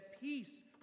peace